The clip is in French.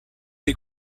des